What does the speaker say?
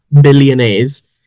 billionaires